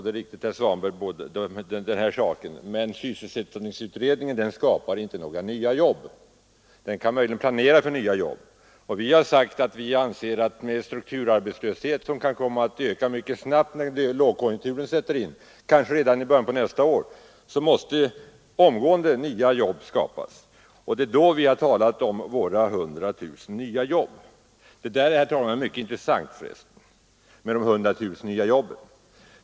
Jag vill emellertid peka på att sysselsättningsutredningen inte skapar några nya jobb. Den kan möjligen planera för nya jobb. Vi har uttalat att med hänsyn till strukturarbetslösheten, som kan öka mycket snabbt när lågkonjunkturen sätter in, kanske redan i början på nästa år, måste omgående nya jobb skapas. Det är i det sammanhanget vi har talat om 100 000 nya jobb. Frågan om de 100 000 nya jobben är för övrigt, herr talman, mycket intressant.